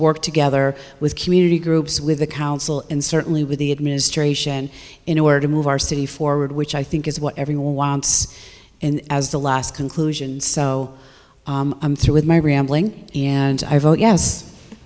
work together with community groups with the council and certainly with the administration in order to move our city forward which i think is what everyone wants and as the last conclusion so i'm through with my rambling and i vote yes